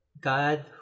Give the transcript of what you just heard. God